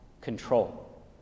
Control